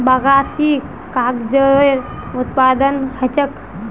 बगासी स कागजेरो उत्पादन ह छेक